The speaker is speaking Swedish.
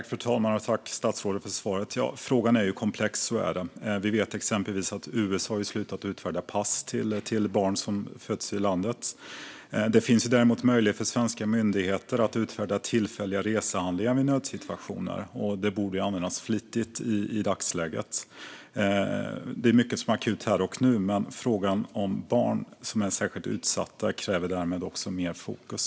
Fru talman! Tack, statsrådet, för svaret! Ja, frågan är komplex. Vi vet exempelvis att USA har slutat utfärda pass till barn som föds i landet. Det finns däremot en möjlighet för svenska myndigheter att utfärda tillfälliga resehandlingar vid nödsituationer. Den borde användas flitigt i dagsläget. Det är mycket som är akut här och nu, men frågan om barn som är särskilt utsatta kräver mer fokus.